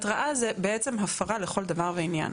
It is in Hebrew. התראה זה בעצם הפרה לכל דבר ועניין.